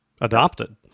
adopted